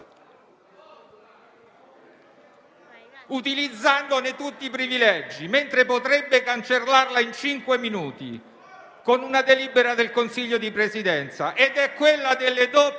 utilizzandone tutti i privilegi, mentre potrebbe cancellarla in cinque minuti con una delibera del Consiglio di Presidenza. È quella delle doppie